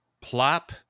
plop